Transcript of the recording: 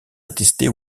attestés